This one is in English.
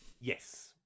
Yes